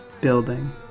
building